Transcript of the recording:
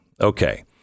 Okay